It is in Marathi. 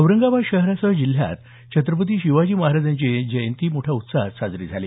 औरंगाबाद शहरासह जिल्ह्यात छत्रपती शिवाजी महाराज यांची जयंती मोठ्या उत्साहात साजरी झाली